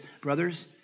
Brothers